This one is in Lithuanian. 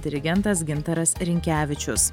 dirigentas gintaras rinkevičius